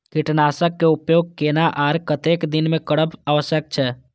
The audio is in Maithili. कीटनाशक के उपयोग केना आर कतेक दिन में करब आवश्यक छै?